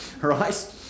right